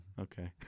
Okay